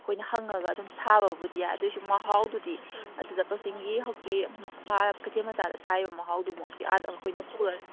ꯑꯩꯈꯣꯏꯅ ꯍꯪꯉꯒ ꯑꯗꯨꯝ ꯁꯥꯕꯕꯨꯗꯤ ꯌꯥꯏ ꯑꯗꯨꯏꯁꯨ ꯃꯍꯥꯎꯗꯨꯗꯤ ꯑꯗꯨꯗ ꯀꯛꯆꯤꯡꯒꯤ ꯍꯧꯀꯤ ꯑꯥ ꯀꯩꯊꯦꯜ ꯃꯆꯥꯗ ꯁꯥꯔꯤꯕ ꯃꯍꯥꯎꯗꯨꯃꯛꯇꯤ ꯑꯥꯗ ꯑꯩꯈꯣꯏꯅ